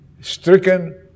stricken